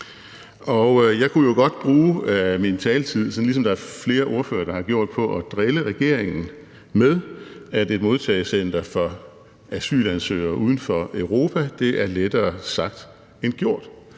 Jeg kunne jo godt bruge min taletid, ligesom der er flere ordførere, der har gjort, på at drille regeringen med, at et modtagecenter for asylansøgere uden for Europa er lettere sagt end gjort,